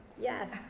Yes